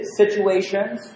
situations